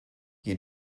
you